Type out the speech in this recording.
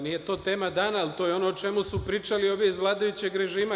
Nije to tema dana, ali to je ono o čemu su pričali ovi iz vladajućeg režima.